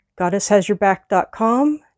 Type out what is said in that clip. goddesshasyourback.com